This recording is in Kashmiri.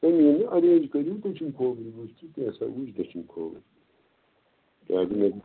ہے مےٚ أنیٛو اَرینج کٔریٛو دٔچھٕنۍ کھوٕرۍ وُچھ ژٕ کیٚنٛژھاہ وُچھ دٔچھٕنۍ کھوٕرۍ کیٛازِ مےٚ دِ